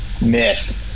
myth